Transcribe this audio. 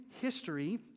history